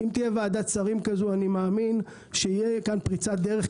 אם תהיה ועדת שרים כזו אני מאמין שתהיה כאן פריצת דרך,